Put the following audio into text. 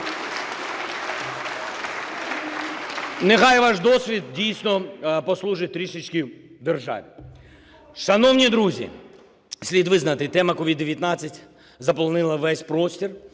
Нехай ваш досвід, дійсно, послужить трішечки державі. Шановні друзі, слід визнати, тема COVID-19 заполонила весь простір,